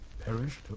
Perished